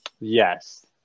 Yes